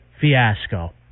fiasco